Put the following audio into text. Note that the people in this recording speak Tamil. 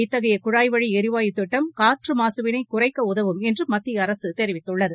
இத்தகைய குழாய் வழி எரிவாயு திட்டம் காற்று மாசு வினை குறைக்க உதவும் என்று மத்திய அரசு தெரிவித்துள்ளது